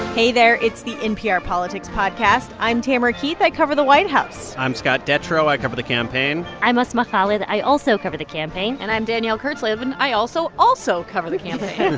hey there. it's the npr politics podcast. i'm tamara keith. i cover the white house i'm scott detrow. i cover the campaign i'm asma khalid. i also cover the campaign and i'm danielle kurtzleben. i also also cover the campaign